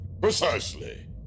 Precisely